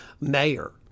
mayor